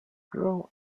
grow